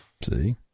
see